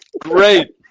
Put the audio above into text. Great